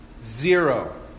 Zero